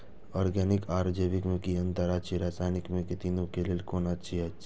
Organic आर जैविक में कि अंतर अछि व रसायनिक में तीनो क लेल कोन अच्छा अछि?